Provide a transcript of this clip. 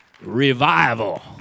revival